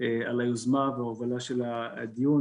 על היוזמה וההובלה של הדיון